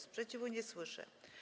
Sprzeciwu nie słyszę.